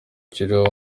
kiriho